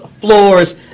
floors